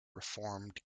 reformed